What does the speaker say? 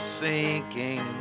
sinking